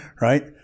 right